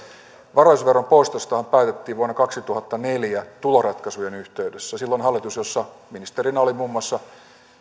varallisuusveron poistostahan päätettiin vuonna kaksituhattaneljä tuloratkaisujen yhteydessä silloinen hallitus jossa ministerinä oli muun muassa